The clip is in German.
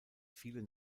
viele